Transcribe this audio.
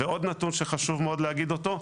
ועוד נתון שחשוב מאוד להגיד אותו,